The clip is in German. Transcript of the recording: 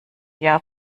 jahr